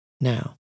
Now